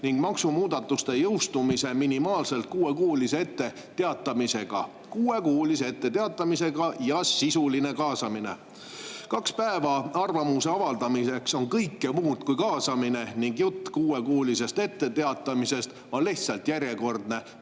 ning maksumuudatuste jõustumise minimaalselt kuuekuulise etteteatamisega. Kuuekuuline etteteatamine ja sisuline kaasamine. Kaks päeva arvamuse avaldamiseks on kõike muud kui kaasamine ning jutt kuuekuulisest etteteatamisest on lihtsalt järjekordne